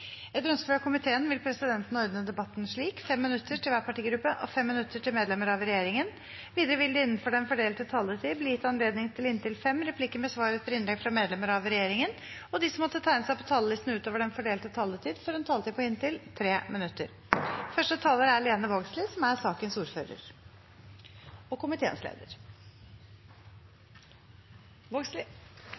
Etter ønske fra justiskomiteen vil presidenten ordne debatten slik: 5 minutter til hver partigruppe og 5 minutter til medlemmer av regjeringen. Videre vil det – innenfor den fordelte taletid – bli gitt anledning til inntil fem replikker med svar etter innlegg fra medlemmer av regjeringen, og de som måtte tegne seg på talerlisten utover den fordelte taletid, får en taletid på inntil 3 minutter.